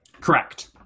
Correct